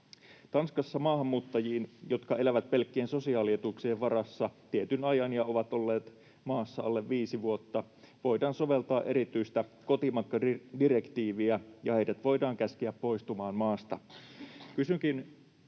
Tanskassa maahanmuuttajiin, jotka elävät pelkkien sosiaalietuuksien varassa tietyn ajan ja ovat olleet maassa alle viisi vuotta, voidaan soveltaa erityistä kotimatkadirektiiviä, ja heidät voidaan käskeä poistumaan maasta.